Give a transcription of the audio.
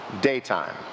Daytime